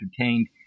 entertained